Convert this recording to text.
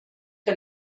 que